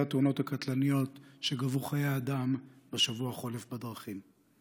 התאונות הקטלניות שגבו חיי האדם בשבוע החולף בדרכים.